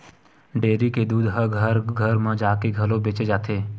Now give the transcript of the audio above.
dairy के दूद ह घर घर म जाके घलो बेचे जाथे